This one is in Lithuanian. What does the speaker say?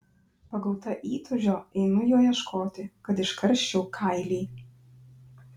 pagauta įtūžio einu jo ieškoti kad iškarščiau kailį